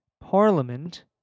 Parliament